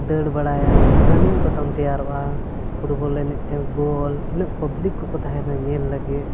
ᱫᱟᱹᱲ ᱵᱟᱲᱟᱭᱟᱢ ᱨᱟᱱᱤᱝ ᱠᱚᱛᱟᱢ ᱛᱮᱭᱟᱨᱚᱜᱼᱟ ᱯᱷᱩᱴᱵᱚᱞ ᱮᱱᱮᱡ ᱛᱮᱢ ᱜᱳᱞ ᱤᱱᱟᱹᱜ ᱯᱟᱵᱽᱞᱤᱠ ᱠᱚᱠᱚ ᱛᱟᱦᱮᱱᱟ ᱧᱮᱞ ᱞᱟᱹᱜᱤᱫ